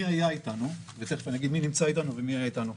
מי היה אתנו ותיכף אני אגיד מי נמצא אתנו ומי היה אתנו.